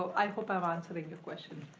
i hope i'm answering your question.